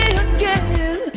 again